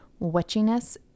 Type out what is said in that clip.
witchiness